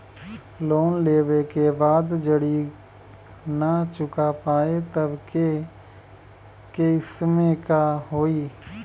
Loan लेवे के बाद जड़ी ना चुका पाएं तब के केसमे का होई?